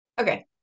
okay